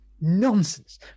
nonsense